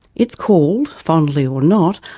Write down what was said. it's called, fondly or not,